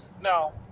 now